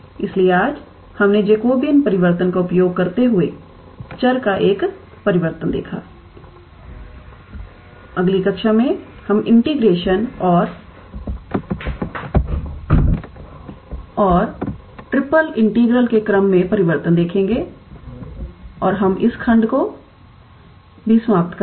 इसलिए आज हमने जैकोबिन परिवर्तन का उपयोग करते हुए चर का एक परिवर्तन देखा अगली कक्षा में हम इंटीग्रेशन और ट्रिपल इंटीग्रल के क्रम में परिवर्तन देखेंगे और हम इस खंड को भी समाप्त करते हैं